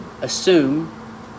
assume